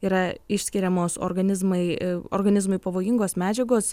yra išskiriamos organizmai organizmui pavojingos medžiagos